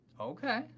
Okay